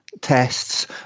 tests